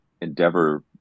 endeavor